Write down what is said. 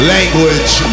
Language